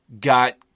got